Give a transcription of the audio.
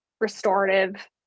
restorative